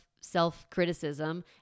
self-criticism